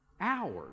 hours